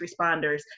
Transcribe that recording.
responders